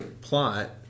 plot